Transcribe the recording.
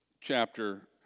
chapter